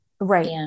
right